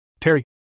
Terry